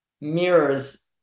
mirrors